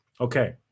Okay